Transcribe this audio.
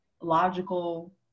logical